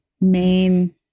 main